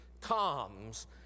comes